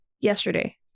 yesterday